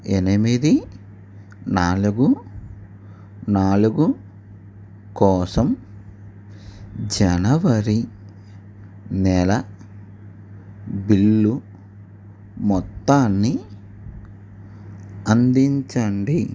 ఎనిమిది నాలుగు నాలుగు కోసం జనవరి నెల బిల్లు మొత్తాన్ని అందించండి